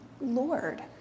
Lord